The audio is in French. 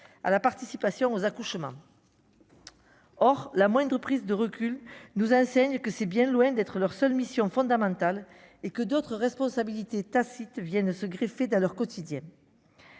à la participation aux accouchements, or la moindre prise de recul, nous enseigne que c'est bien loin d'être leur seule mission fondamentale et que d'autres responsabilités tacite viennent se greffer dans leur quotidien,